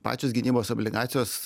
pačios gynybos obligacijos